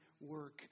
work